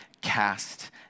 cast